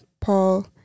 Paul